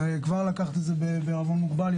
לכן קחו את זה בעירבון מוגבל.